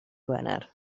gwener